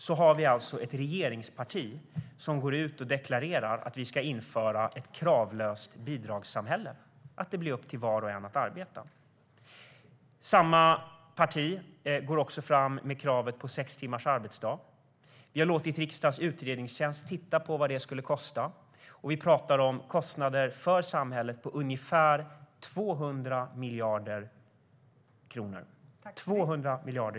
Samtidigt har vi ett regeringsparti som går ut och deklarerar att vi ska införa ett kravlöst bidragssamhälle, att det ska bli upp till var och en att avgöra om man ska arbeta. Samma parti går även fram med kravet på sex timmars arbetsdag. Vi har låtit riksdagens utredningstjänst titta på vad det skulle kosta. Då talar vi om kostnader för samhället på ungefär 200 miljarder kronor.